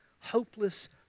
hopeless